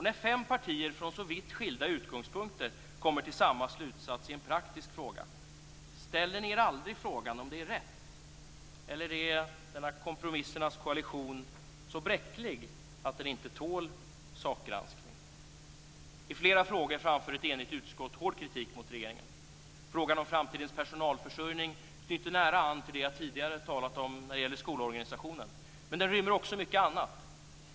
När fem partier från så vitt skilda utgångspunkter kommer fram till samma slutsats i ett praktiskt spörsmål, ställer ni er aldrig frågan om det är rätt? Eller är denna kompromissernas koalition så bräcklig att den inte tål sakgranskning? I flera frågor framför ett enigt utskott hård kritik mot regeringen. Frågan om framtidens personalförsörjning knyter nära an till det jag tidigare talat om vad gäller skolorganisationen, men den rymmer också mycket annat.